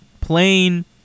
plain